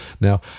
Now